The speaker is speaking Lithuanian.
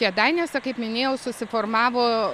kėdainiuose kaip minėjau susiformavo